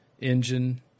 engine